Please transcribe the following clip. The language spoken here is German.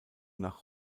nach